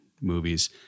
movies